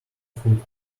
food